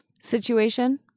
situation